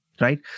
right